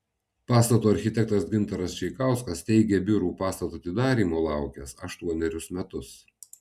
pastato architektas gintaras čeikauskas teigė biurų pastato atidarymo laukęs aštuonerius metus